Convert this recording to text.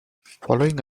following